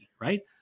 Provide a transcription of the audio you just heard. right